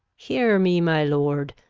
hear me, my lord.